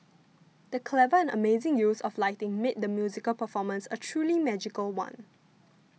the clever and amazing use of lighting made the musical performance a truly magical one